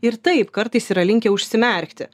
ir taip kartais yra linkę užsimerkti